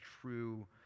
true